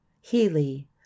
Healy